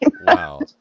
wow